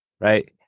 right